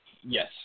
Yes